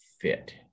fit